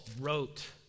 wrote